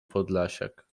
podlasiak